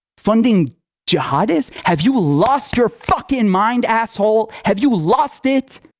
funding jihadist? have you lost your fucking mind, asshole? have you lost it?